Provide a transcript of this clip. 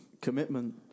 commitment